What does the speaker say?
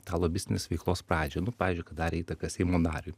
tą lobistinės veiklos pradžią nu pavyzdžiui kad darė įtaką seimo nariui